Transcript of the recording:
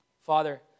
Father